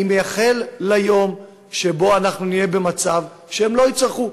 אני מייחל ליום שבו נהיה במצב שהם לא ייצרכו,